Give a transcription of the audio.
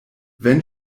wenn